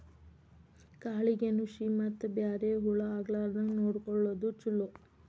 ಕಾಳಿಗೆ ನುಶಿ ಮತ್ತ ಬ್ಯಾರೆ ಹುಳಾ ಆಗ್ಲಾರಂಗ ನೊಡಕೊಳುದು ಚುಲೊ